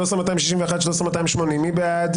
13,201 עד 13,220, מי בעד?